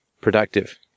productive